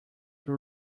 who